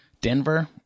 Denver